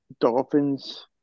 Dolphins